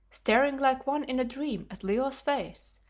staring like one in a dream at leo's face,